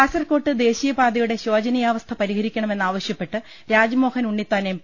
കാസർകോട്ട് ദേശീയപാതയുടെ ശോചനീയാവസ്ഥ പരി ഹരിക്കണമെന്നാവശൃപ്പെട്ട് രാജ്മോഹൻ ഉണ്ണിത്താൻ എം